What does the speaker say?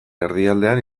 erdialdean